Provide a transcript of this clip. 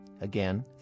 Again